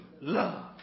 love